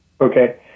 Okay